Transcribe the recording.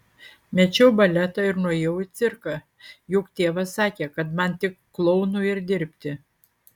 mečiau baletą ir nuėjau į cirką juk tėvas sakė kad man tik klounu ir dirbti